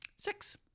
six